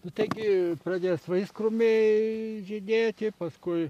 nu taigi pradės vaiskrūmiai žydėti paskui